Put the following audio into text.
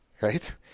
right